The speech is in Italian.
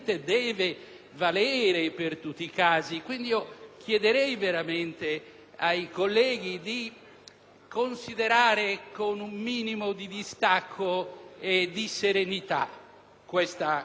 considerare con un minimo di distacco e di serenità questo dato di fatto.